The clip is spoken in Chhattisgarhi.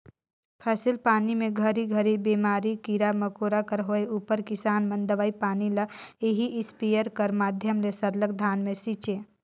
फसिल पानी मे घरी घरी बेमारी, कीरा मकोरा कर होए उपर किसान मन दवई पानी ल एही इस्पेयर कर माध्यम ले सरलग धान मे छीचे